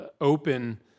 open